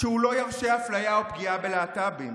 שהוא לא ירשה אפליה או פגיעה בלהט"בים,